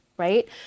Right